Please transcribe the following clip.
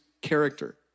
character